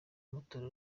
amatora